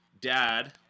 dad